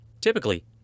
Typically